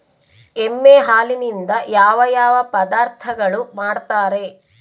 ಎಮ್ಮೆ ಹಾಲಿನಿಂದ ಯಾವ ಯಾವ ಪದಾರ್ಥಗಳು ಮಾಡ್ತಾರೆ?